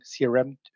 CRM